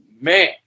man